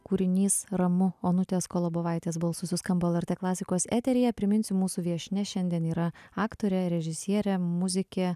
kūrinys ramu onutės kolobovaitės balsu suskambo lrt klasikos eteryje priminsiu mūsų viešnia šiandien yra aktorė režisierė muzikė